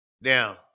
Now